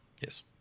Yes